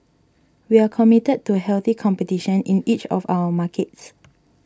we are committed to healthy competition in each of our markets